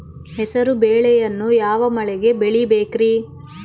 ಹೆಸರುಬೇಳೆಯನ್ನು ಯಾವ ಮಳೆಗೆ ಬೆಳಿಬೇಕ್ರಿ?